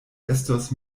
estos